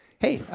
hey,